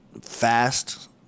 fast